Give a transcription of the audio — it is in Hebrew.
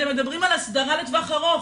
אתם מדברים על הסדרה לטווח ארוך.